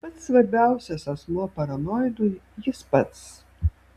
pats svarbiausias asmuo paranoidui jis pats